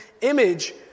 image